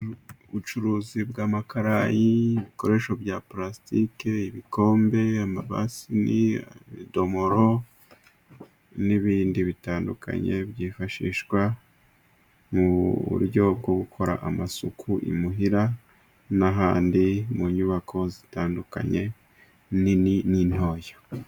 Ubucuruzi bw'amakarayi ibikoresho bya pulasitiki, ibikombe, amabasi n'idomoro n'ibindi bitandukanye byifashishwa mu buryo bwo gukora amasuku imuhira n'ahandi mu nyubako zitandukanye nini n'intoya.